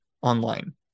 online